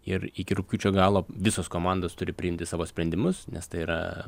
ir iki rugpjūčio galo visos komandos turi priimti savo sprendimus nes tai yra